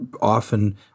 often